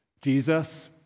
Jesus